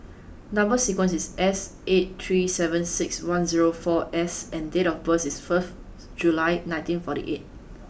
number sequence is S eight three seven six one zero four S and date of birth is first July nineteen forty eight